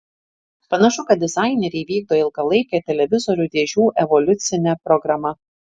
panašu kad dizaineriai vykdo ilgalaikę televizorių dėžių evoliucine programa